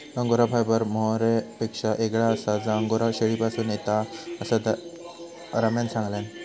angora fibre मोहायरपेक्षा येगळा आसा जा अंगोरा शेळीपासून येता, असा रम्यान सांगल्यान